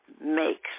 makes